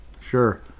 Sure